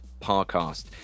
Parcast